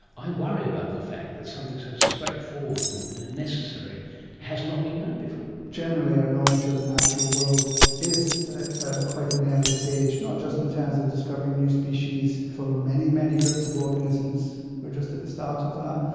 i worry about the fact that something so straightforward and necessary has not been known before. generally our knowledge of the natural world is ah at quite an early stage, not just in terms of discovering new species. for many, many groups of organisms we're just at the start of that.